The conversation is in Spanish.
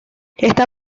está